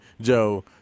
Joe